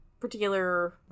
Particular